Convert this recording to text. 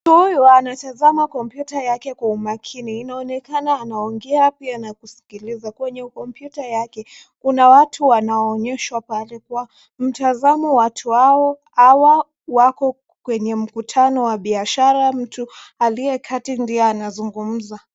Mtu huyu anatazama kompyuta yake kwa umakini. Inaonekana anaongea pia na kusikiliza kwenye kompyuta yake. Kuna watu wanaoonyeshwa. Mtazamo wa watu hawa wako kwenye mkutano wa biashara. Mtu aliye kati ndiye anazungumza.